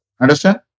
Understand